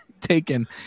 taken